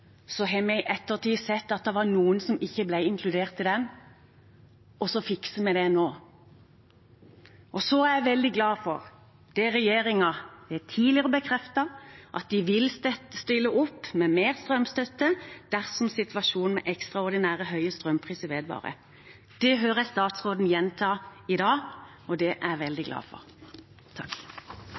Så har vi i ettertid sett at det var noen som ikke ble inkludert i den, og så fikser vi det nå. Jeg er også veldig glad for det regjeringen tidligere har bekreftet, at de vil stille opp med mer strømstøtte dersom situasjonen med ekstraordinært høye strømpriser vedvarer. Det hører jeg statsråden gjenta i dag, og det er jeg veldig glad for.